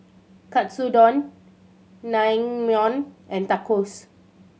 Katsudon Naengmyeon and Tacos